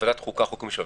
לוועדת החוקה, חוק ומשפט.